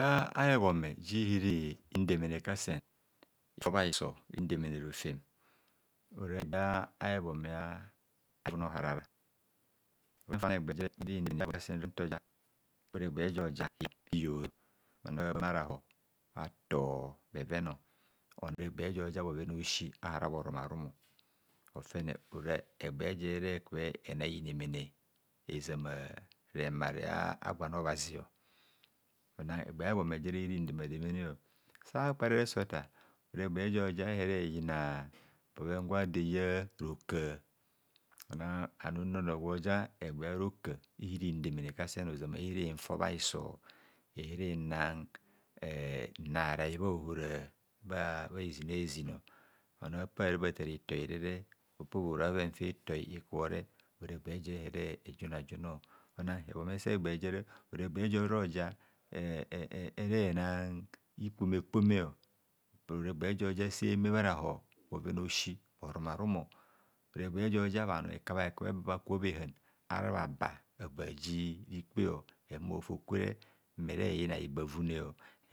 Bha hebhome ji hirindemene kasen unfor bhahiso ora hebhome a ihuhun a'hivun oharara, bhator bheven ora egba jo jar bheven a'osi ara bherum arum ofene ora egba jere kubho ena inemene ozama remare a'gwan obhazi ona egbe hebhome jere irindema demene sa kparare ase otar ora egba joja ehere yina bhoven gwado eyaa rokar, ona anum nna onor gwo ja egba roka irindemene kasen ozama iri infor bha hiso ihiri inang nrarai bha o hora bha bha ezina ezin, bhanor apa hara bhatar itoi re, opora bhoven fa itoi ikubhore ora egbe jere injunora'junor onang hebhome sa egba jere ora egba joroja ehm ehm ere na ikpomekpome bur ora egba jo ja se me bharehor, bhovena'osi bhorum arum o, ora egba joja bhanor ekabhe kabhe ba bha ku bha ehan arabha ba agba ji rikpe ehumo hofokwere mmere yina igbavune.